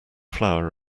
flower